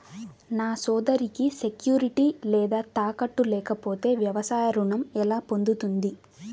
నా సోదరికి సెక్యూరిటీ లేదా తాకట్టు లేకపోతే వ్యవసాయ రుణం ఎలా పొందుతుంది?